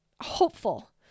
hopeful